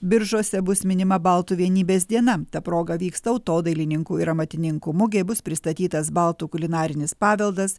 biržuose bus minima baltų vienybės diena ta proga vyks tautodailininkų ir amatininkų mugė bus pristatytas baltų kulinarinis paveldas